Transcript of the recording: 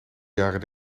jaren